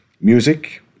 Music